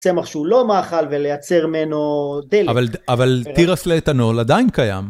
צמח שהוא לא מאכל ולייצר ממנו דלק. אבל תירס לאתנול עדיין קיים.